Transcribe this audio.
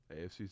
AFC